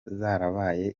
zarabaye